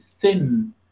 thin